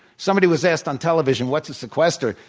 somebody was asked on television, what's a sequester?